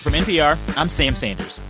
um npr, i'm sam sanders.